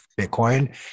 Bitcoin